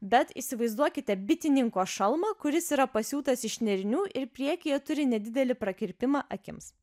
bet įsivaizduokite bitininko šalmą kuris yra pasiūtas iš nėrinių ir priekyje turi nedidelį prakirpimą akims